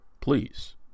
please